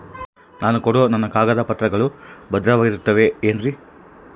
ನಾನು ಕೊಡೋ ನನ್ನ ಕಾಗದ ಪತ್ರಗಳು ಭದ್ರವಾಗಿರುತ್ತವೆ ಏನ್ರಿ?